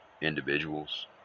individuals